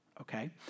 Okay